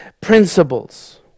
principles